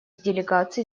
делегаций